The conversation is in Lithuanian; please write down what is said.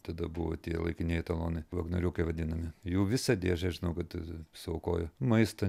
tada buvo tie laikinieji talonai vagnoriukai vadinami jų visą dėžę žinau kad suaukojo maisto